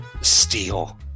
Steel